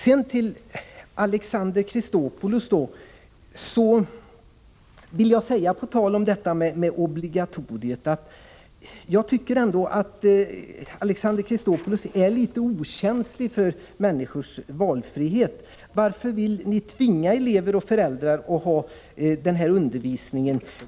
Till Alexander Chrisopoulos vill jag på tal om obligatoriet säga att jag tycker att Alexander Chrisopoulos är litet okänslig för människors valfrihet. Varför vill ni tvinga elever och föräldrar till den här undervisningen?